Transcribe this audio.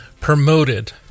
promoted